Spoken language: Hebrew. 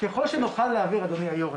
אדוני היו"ר,